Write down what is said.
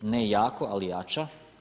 Ne jako, ali jača.